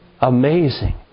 Amazing